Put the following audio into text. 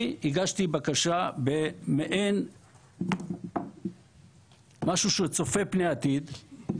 אני הגשתי בקשה במעין משהו שצופה פני עתיד,